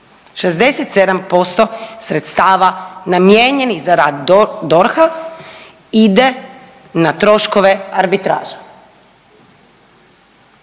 67% sredstva namijenjenih za rad DORH-a ide na troškove arbitraža.